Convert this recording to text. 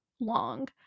long